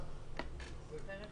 כיום.